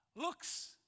looks